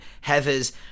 Heather's